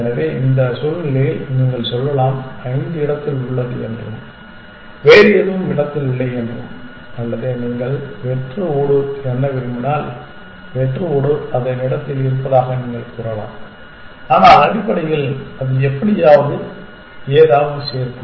எனவே இந்த சூழ்நிலையில் நீங்கள் சொல்லலாம் ஐந்து இடத்தில் உள்ளது என்றும் வேறு எதுவும் இடத்தில் இல்லை என்றும் அல்லது நீங்கள் வெற்று ஓடு எண்ண விரும்பினால் வெற்று ஓடு அதன் இடத்தில் இருப்பதாக நீங்கள் கூறலாம் ஆனால் அடிப்படையில் அது எப்படியாவது ஏதாவது சேர்க்கும்